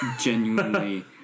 genuinely